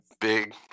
big